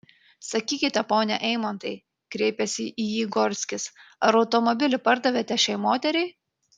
sakykite pone eimantai kreipėsi į jį gorskis ar automobilį pardavėte šiai moteriai